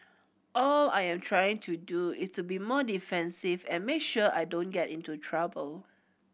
all I am trying to do is to be more defensive and make sure I don't get into trouble